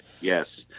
Yes